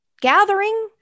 gathering